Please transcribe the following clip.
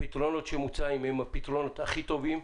האם הפתרונות המוצעים הם הפתרונות הכי טובים,